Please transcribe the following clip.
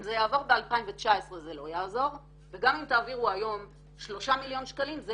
אם זה יעבור ב-2019 זה לא יעזור וגם אם תעבירו היום 3 מיליון שקלים זה